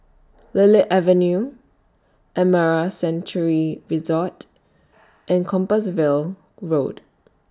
Lily Avenue Amara Sanctuary Resort and Compassvale Road